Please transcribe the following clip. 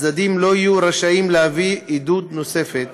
הצדדים לא יהיו רשאים להביא עדות נוספת